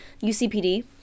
UCPD